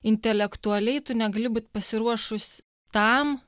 intelektualiai tu negali būt pasiruošus tam